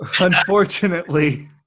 unfortunately